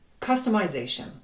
customization